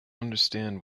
understand